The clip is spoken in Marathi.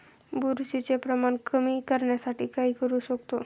बुरशीचे प्रमाण कमी करण्यासाठी काय करू शकतो?